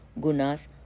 Gunas